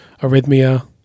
arrhythmia